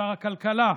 שר הכלכלה,